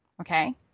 okay